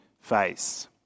face